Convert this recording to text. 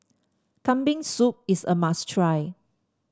Kambing Soup is a must try